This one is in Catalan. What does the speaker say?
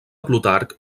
plutarc